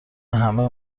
همه